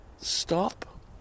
Stop